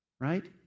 right